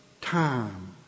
time